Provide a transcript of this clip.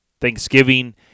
Thanksgiving